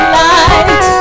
light